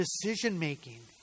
decision-making